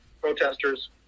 protesters